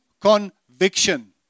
conviction